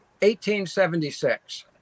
1876